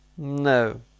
No